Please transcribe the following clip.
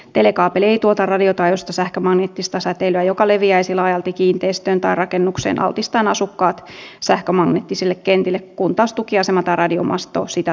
telekaapeli ei tuota radiotaajuista sähkömagneettista säteilyä joka leviäisi laajalti kiinteistöön tai rakennukseen altistaen asukkaat sähkömagneettisille kentille kun taas tukiasema tai radiomasto sitä tuottaa